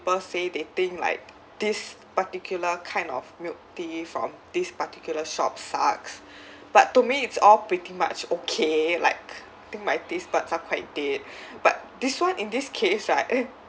people say they think like this particular kind of milk tea from this particular shop sucks but to me it's all pretty much okay like think my taste buds are quite dead but this one in this case right